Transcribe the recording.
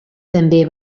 també